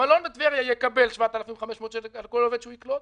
המלון בטבריה יקבל 7,500 שקלים על כל עובד שהוא יקלוט.